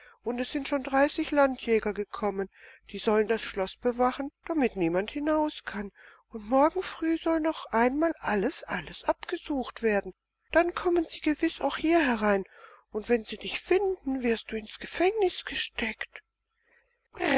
und es sind schon dreißig landjäger gekommen die sollen das schloß bewachen damit niemand hinaus kann und morgen früh soll noch einmal alles alles abgesucht werden dann kommen sie gewiß auch hier herein und wenn sie dich finden wirst du ins gefängnis gesteckt